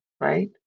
right